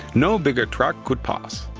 no bigger truck could pass.